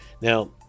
Now